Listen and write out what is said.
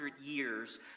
years